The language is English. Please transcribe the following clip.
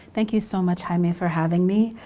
thank you so much, hymie, for having me.